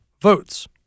votes